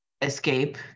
escape